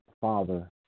Father